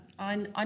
on